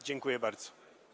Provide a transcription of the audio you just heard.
Dziękuję bardzo.